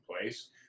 place